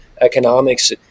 economics